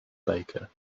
baker